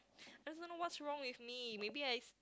I don't know what's wrong with me maybe I